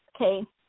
Okay